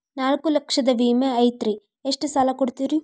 ನಾಲ್ಕು ಲಕ್ಷದ ವಿಮೆ ಐತ್ರಿ ಎಷ್ಟ ಸಾಲ ಕೊಡ್ತೇರಿ?